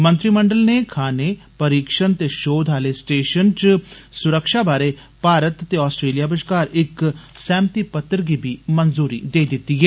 मंत्रिमंडल ने खानें परीक्षण ते षोध आले स्टेषन च सुरक्षा बारे भारत ते ऑस्ट्रेलिया बष्कार इक सहमतिपत्र गी बी मंजूरी देई दिती ऐ